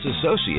associates